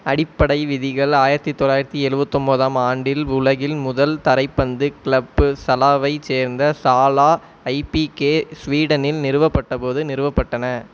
அடிப்படை விதிகள் ஆயிரத்தி தொள்ளாயிரத்தி எழுவத்தொம்போதாம் ஆண்டில் உலகின் முதல் தரைப்பந்து க்ளப் சலாவைச் சேர்ந்த சாலா ஐபிகே ஸ்வீடனில் நிறுவப்பட்டபோது நிறுவப்பட்டன